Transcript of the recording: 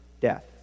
death